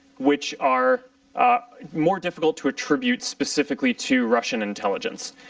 which are more difficult to attribute specifically to russian intelligence.